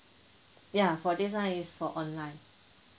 ya for this [one] is for online